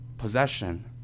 possession